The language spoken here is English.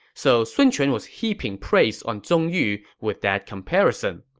so sun quan was heaping praise on zong yu with that comparison.